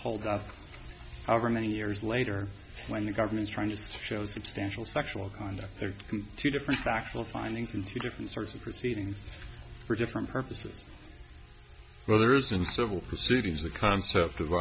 hold up however many years later when the government's trying to show substantial sexual conduct there two different factual findings and two different sorts of proceedings for different purposes where there is in civil proceedings the concept of